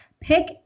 pick